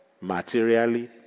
materially